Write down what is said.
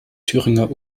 thüringer